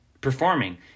performing